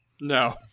no